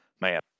man